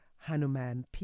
Hanuman